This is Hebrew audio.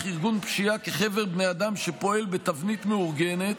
"ארגון פשיעה" כ"חבר בני האדם שפועל בתבנית מאורגנת,